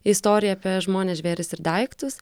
istorija apie žmones žvėris ir daiktus